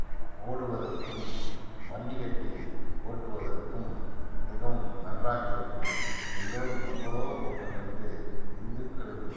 ஓடுவதற்கும் வண்டி கட்டி ஓட்டுவதற்கும் மிகவும் நன்றாக இருக்கும் எல்லோரும் பொங்கலோ பொங்கல் என்று இந்துக்களின்